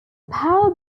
power